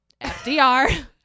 FDR